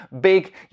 big